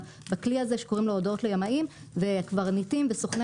בכלי הזה שקוראים לו "הודעות לימאים" והקברניטים וסוכני